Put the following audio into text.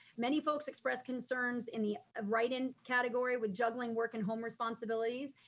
many folks expressed concerns in the writing category with juggling work and home responsibilities,